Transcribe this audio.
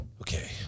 okay